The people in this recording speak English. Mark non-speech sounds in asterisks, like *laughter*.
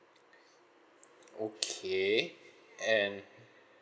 *breath* okay *breath* and